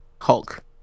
hulk